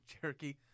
Cherokee